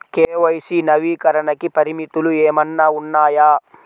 KYC నవీకరణకి పరిమితులు ఏమన్నా ఉన్నాయా?